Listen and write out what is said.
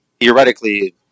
Theoretically